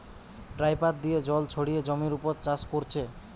dripper দিয়ে জল ছড়িয়ে জমির উপর চাষ কোরছে